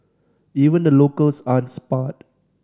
even the locals aren't spared